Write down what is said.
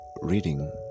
reading